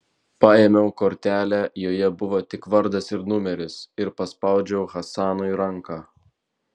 paėmiau kortelę joje buvo tik vardas ir numeris ir paspaudžiau hasanui ranką